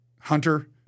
Hunter